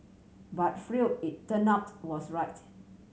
but Freud it turn out was right